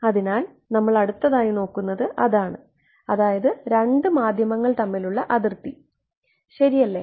അതിനാൽ നമ്മൾ അടുത്തതായി നോക്കുന്നത് അതാണ് അതായത് രണ്ട് മാധ്യമങ്ങൾ തമ്മിലുള്ള അതിർത്തി ശരിയല്ലേ